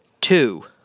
two